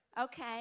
Okay